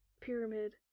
pyramid